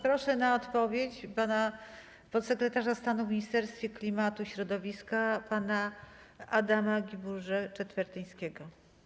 Proszę o odpowiedź podsekretarza stanu w Ministerstwie Klimatu i Środowiska pana Adama Guibourgé-Czetwertyńskiego.